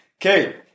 Okay